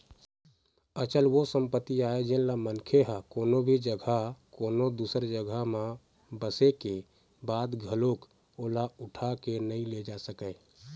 अचल ओ संपत्ति आय जेनला मनखे ह कोनो भी जघा कोनो दूसर जघा म बसे के बाद घलोक ओला उठा के नइ ले जा सकय